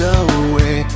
away